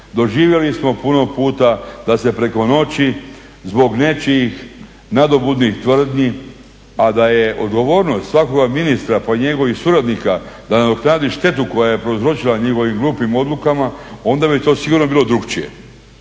Doživjeli smo puno puta da se preko noći zbog nečijih nadobudnih tvrdnji, a da je odgovornost svakoga ministra po njegovih suradnika da nadoknadi štetu koja je prouzročena njegovim glupim odlukama, onda je već to sigurno bilo drugačije.